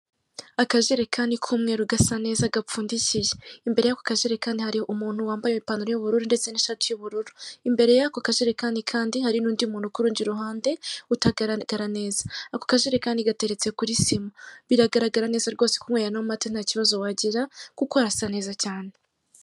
Akajerekani k'umweru gasa neza gapfundikiye. Imbere y'ako kajerekani, hari umuntu wambaye ipantaro y'ubururu ndeste n'ishati y'ubururu. Imbere y'ako kajerekani kandi hari n'undi muntu ku rundi ruhande, utagaragara neza. Ako kajerekani gateretse kuri sima. Biragaraga neza rwose ko unyweye ano mata ntakibazo wagira, kuko arasa neza cyane.